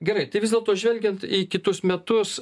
gerai tai vis dėlto žvelgiant į kitus metus